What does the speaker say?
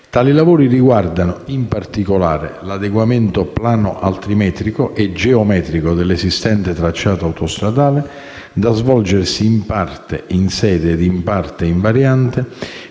Tali lavori riguardano, in particolare, l'adeguamento plano-altimetrico e geometrico dell'esistente tracciato autostradale, da svolgersi in parte in sede e in parte in variante,